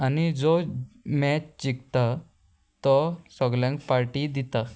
आनी जो मॅच जिकता तो सोगल्यांक पार्टी दिता